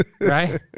right